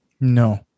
No